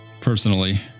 Personally